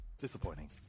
Disappointing